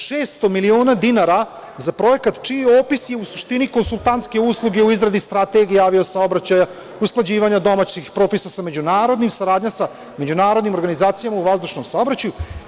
Šesto miliona dinara za projekat čiji opis je u suštini konsultantske usluge u izradi strategije, avio saobraćaja, usklađivanja domaćih propisa sa međunarodnim, saradnja sa međunarodnim organizacijama u vazdušnom saobraćaju.